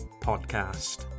podcast